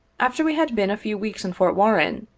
after we had been a few weeks in fort warren,